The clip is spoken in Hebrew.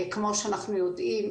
כמו שאנחנו יודעים,